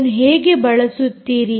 ಅದನ್ನು ಹೇಗೆ ಬಳಸುತ್ತೀರಿ